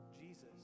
Jesus